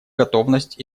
готовность